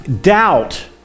Doubt